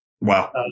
Wow